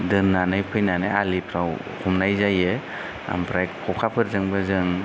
दोननानै फैनानै आलिफ्राव हमनाय जायो ओमफ्राय खखाफोरजोंबो जों